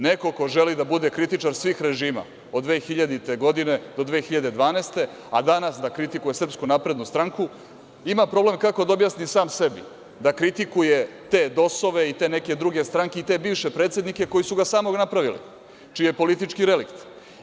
Neko ko želi da bude kritičar svih režima, od 2000. godine do 2012, a danas da kritikuje SNS, ima problem kako da objasni sam sebi, da kritikuje te DOS-ove i te neke druge stranke i te bivše predsednike, koji su ga samog napravili, čiji je politički relikt.